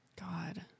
god